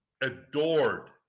adored